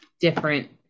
different